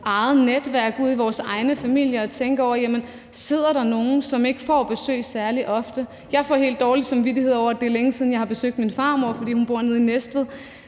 eget netværk og ud i vores egne familier og tænke over, om der sidder nogen, som ikke får besøg særlig ofte. Jeg får helt dårlig samvittighed over, at det er længe siden, jeg har besøgt min farmor, fordi hun bor nede i Næstved,